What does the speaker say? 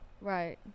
Right